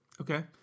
Okay